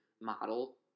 model